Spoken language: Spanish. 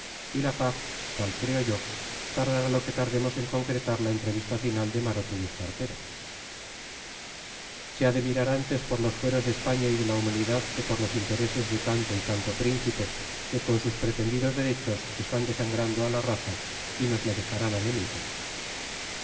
y la paz tal creo yo tardará lo que tardemos en concertar la entrevista final de maroto y espartero se ha de mirar antes por los fueros de españa y de la humanidad que por los intereses de tanto y tanto príncipe que con sus pretendidos derechos están desangrando a la raza y nos la dejarán anémica